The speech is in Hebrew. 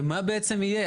מה בעצם יהיה.